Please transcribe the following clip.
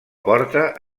porta